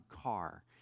car